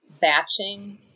batching